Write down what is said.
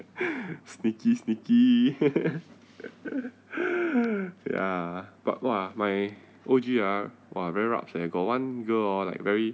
sneaky sneaky ya but !wah! my O_G ah !wah! very rabs eh got one girl orh like very